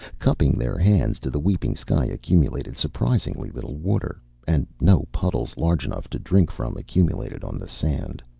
cupping their hands to the weeping sky accumulated surprisingly little water and no puddles large enough to drink from accumulated on the sand.